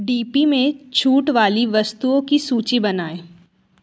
D P में छूट वाली वस्तुओं की सूची बनाएँ